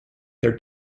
their